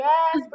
Yes